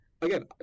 Again